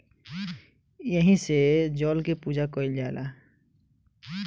एही से जल के पूजा कईल जाला